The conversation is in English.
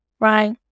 Right